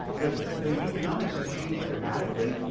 the the economics have changed dramatically,